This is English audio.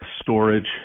storage